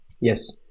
Yes